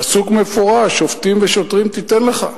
פסוק מפורש: שופטים ושוטרים תיתן לך.